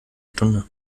stunde